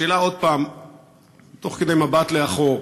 השאלה עוד פעם, תוך כדי מבט לאחור,